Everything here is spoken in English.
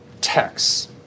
texts